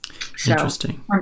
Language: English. Interesting